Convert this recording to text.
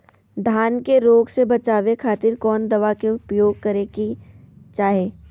धान के रोग से बचावे खातिर कौन दवा के उपयोग करें कि चाहे?